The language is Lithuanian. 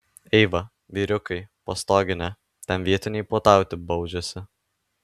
eiva vyriukai po stogine ten vietiniai puotauti baudžiasi